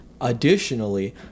additionally